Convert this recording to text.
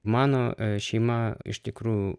mano šeima iš tikrųjų